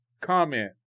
comment